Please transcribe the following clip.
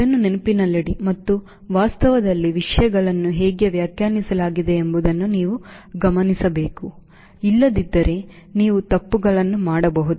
ಇದನ್ನು ನೆನಪಿನಲ್ಲಿಡಿ ಮತ್ತು ವಾಸ್ತವದಲ್ಲಿ ವಿಷಯಗಳನ್ನು ಹೇಗೆ ವ್ಯಾಖ್ಯಾನಿಸಲಾಗಿದೆ ಎಂಬುದನ್ನು ನೀವು ಗಮನಿಸಬೇಕು ಇಲ್ಲದಿದ್ದರೆ ನೀವು ತಪ್ಪುಗಳನ್ನು ಮಾಡಬಹುದು